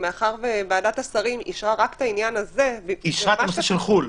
ומאחר שוועדת השרים אישרה רק את העניין הזה- -- רק בחו"ל.